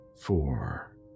four